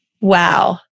Wow